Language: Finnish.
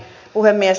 puhemies